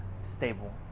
stable